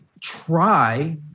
try